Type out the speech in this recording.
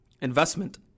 investment